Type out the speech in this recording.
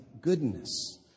goodness